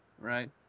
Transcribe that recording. right